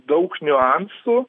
daug niuansų